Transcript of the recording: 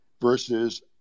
versus